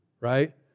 Right